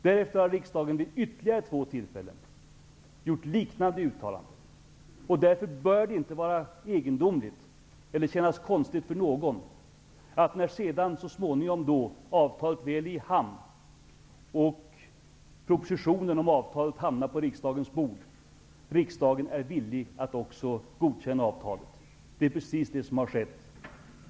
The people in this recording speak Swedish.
Därefter har riksdagen vid ytterligare två tillfällen gjort liknande uttalanden. Därför bör det inte vara egendomligt eller kännas konstigt för någon, när så småningom avtalet väl är i hamn och propositionen om avtalet hamnar på riksdagens bord, att riksdagen är villig att också godkänna avtalet. Det är precis det som har skett.